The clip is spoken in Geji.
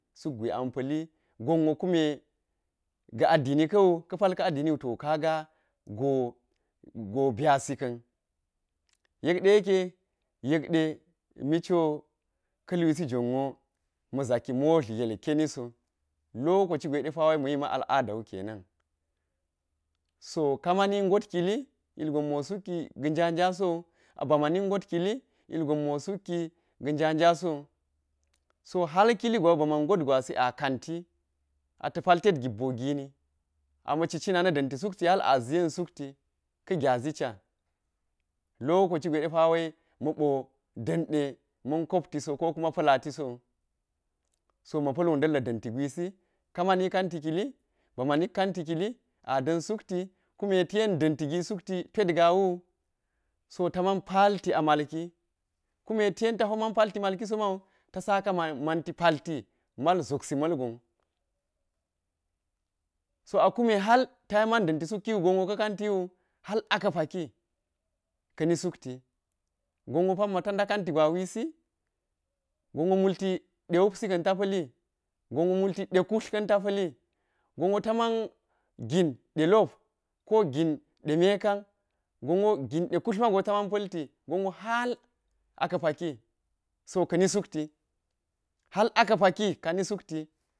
Suk gwai ama̱ pa̱lli, gonwu kunne ga̱ addini ka̱wu, ka̱ pa̱l ka̱ aɗiniwu to ka̱ga̱ go go bya̱sika̱n. yekɗe yekke, yekɗre micho ka̱liusi jonwo ma̱ za̱ki motli yelkeniso, lokocigo gwai depa ma̱ nima̱ ala̱da̱wu kena̱n. So ka̱ ma̱ni got kili, ilgon mo sukki ga ja̱ja̱ sowu, ba̱ ma̱nik got kili ilgon mo sukki ga̱ jajasowu, so har kiligwa wo ba̱ma̱n got gwasi aka̱nti ata̱ pa̱ltet gibbo gini, ama̱ cina̱ na̱ da̱nti sukti ha̱r a ziyen sukti, ka gyazi ca̱. lokoci gwedepa̱ wai ma̱po ɗa̱nɗe ma̱n koptiso pa̱la̱tiso, so ma̱pa̱l wuɗalla̱ da̱nti guise, ka̱ma̱ni ka̱nti kili, ba̱ ma̱nik ka̱nti kili ba̱ ma̱nik ka̱nti kili aɗan sukti, kume ta̱yen ɗanti gi sukti twatgawu so ta̱ma̱n palti ama̱lki, kume ta̱ho ma̱n pa̱lti ma̱lkiso ma̱u ta̱sa̱ka̱ manti pa̱lti ma̱l zopsi ma̱lgon so akuma ta̱ya̱ ma̱n danti sukkiu ta̱ya̱ man pa̱lti a ma̱lki kunne ta̱yen ta̱ho ma̱n pa̱lti ma̱ki so ma̱u ta̱ sa̱ka̱ ma̱nti pa̱lti ma̱i zopsi ma̱lgon, so a kume har ta̱ye ma̱n danta sukkiu gonwo ka̱ ta̱ntiwu ha̱r aka̱ pa̱ki ka̱ni sukti, gonwo pa̱nma̱ ta̱da ka̱nti gwa̱wisi, gonwo wutti ɗe wupsika̱n ta̱ pa̱llin gonwo wutti ɗe kur ka̱n ta̱ pa̱lli, gonwo ta̱ma̱n gil ɗe kur ma̱go ta̱ma̱n pa̱lti, gonwo ha̱r aka̱ pa̱kiso ka̱ni sukti, har aka pa̱ki ka̱ni sukti.